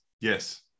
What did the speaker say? Yes